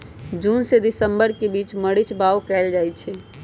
जून से दिसंबर के बीच मरीच बाओ कएल जाइछइ